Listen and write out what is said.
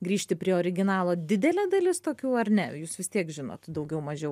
grįžti prie originalo didelė dalis tokių ar ne jūs vis tiek žinot daugiau mažiau